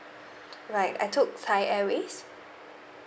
right I took thai airways